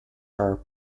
are